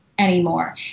Anymore